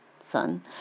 son